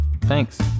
Thanks